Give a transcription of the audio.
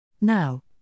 Now